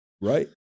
Right